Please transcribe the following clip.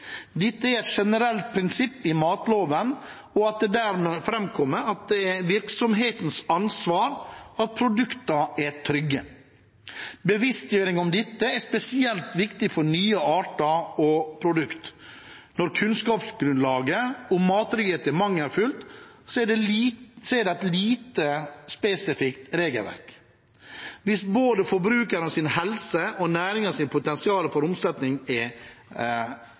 er et generelt prinsipp som framkommer i matloven, at det er virksomhetens ansvar at produktene er trygge. Bevisstgjøring om dette er spesielt viktig for nye arter og produkter når kunnskapsgrunnlaget om mattrygghet er mangelfullt og det er et lite spesifikt regelverk. Det er viktig å få dette på plass både for forbrukernes helse og for næringens potensial for omsetning